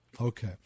Okay